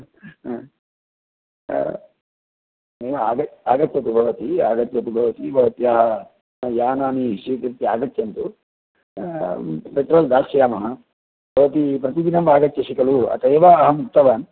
हा हा हूं आग आगच्छतु भवति आगच्छतु भवती भवत्याः यानानि स्वीकृत्य आगच्छन्तु पेट्रोल् दास्यामः भवती प्रतिदिनम् आगच्छति खलु अत एव अहम् उक्तवान्